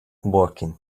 working